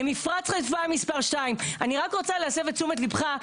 למפרץ חיפה מס' 2. אני רק רוצה להסב את תשומת ליבך,